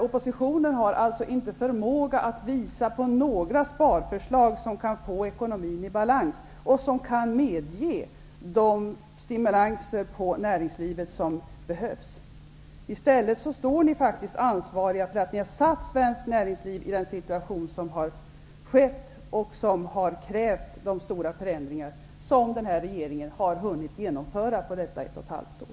Oppositionen har alltså inte förmågan att visa på några sparförslag som kan få ekonomin i balans och som kan medge de stimulanser för näringslivet som behövs. I stället står ni faktiskt ansvariga för att ha försatt svenskt näringsliv i den situation som har uppstått och som har krävt de stora förändringar som den här regeringen har hunnit genomföra på ett och ett halvt år.